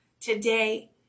today